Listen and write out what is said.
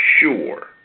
sure